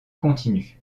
continu